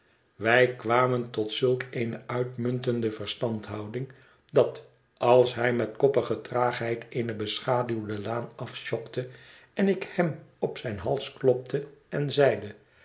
wij kwamen tot zulk eene uitmuntende verstandhouding dat als hij met koppige traagheid eene beschaduwde laan afsjokte en ik hem op zijn hals klopte en zeide